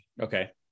Okay